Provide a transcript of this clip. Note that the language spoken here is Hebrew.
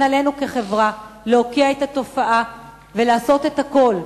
כמנהגנו ועל-פי מצוות התקנון,